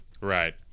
Right